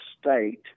state